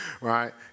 right